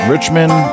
Richmond